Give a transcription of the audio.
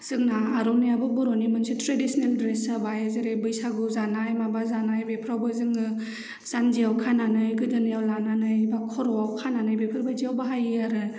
जोंना आर'नायाबो बर'नि मोनसे ट्रेदिसनेल द्रेस जाबाय जेरै बैसागु जानाय माबा जानाय बेफोरावबो जोङो जानजियाव खानानै गोदोनायाव लानानै बा खर'वाव खानानै बेफोरबादियाव बाहायो आरो